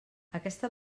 aquesta